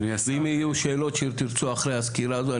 אם יהיו שאלות שתרצו אחרי הסקירה הזו,